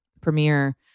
premiere